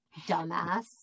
Dumbass